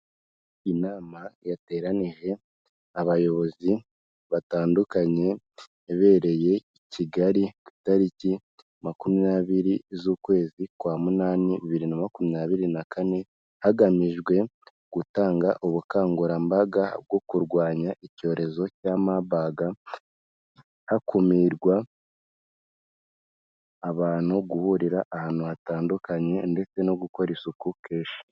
Inama yateranije ,abayobozi, batandukanye yabereye i Kigali ku itariki makumyabiri z'ukwezi kwa munani bibiri na makumyabiri na kane, hagamijwe gutanga ubukangurambaga bwo kurwanya icyorezo cya Mabaga, hakumirwa, abantu guhurira ahantu hatandukanye, ndetse no gukora isuku keshi.